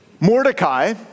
Mordecai